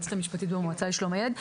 היועצת המשפטית במועצה לשלום הילד.